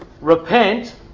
Repent